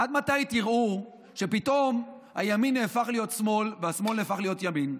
עד מתי תראו שפתאום הימין נהפך להיות שמאל והשמאל נהפך להיות ימין?